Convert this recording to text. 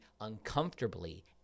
Uncomfortably